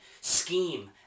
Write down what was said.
scheme